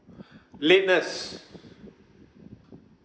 lateness